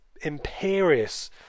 imperious